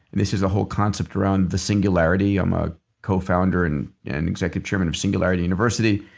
this is a whole concept around the singularity. i'm a co-founder and executive chairman of singularity university.